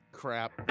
crap